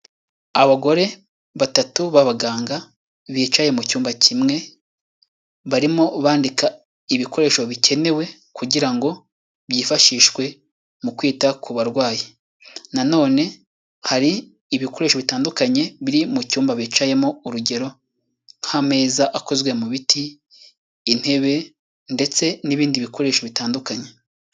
Abagore batatu b'abaganga bicaye mu cyumba kimwe barimo bandika ibikoresho bikenewe kugira ngo byifashishwe mu kwita ku barwayi, nanone hari ibikoresho bitandukanye biri mu cyumba bicayemo urugero nk'ameza akozwe mu biti, intebe ndetse n'ibindi bikoresho bitandukanye.